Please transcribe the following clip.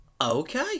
Okay